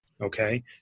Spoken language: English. Okay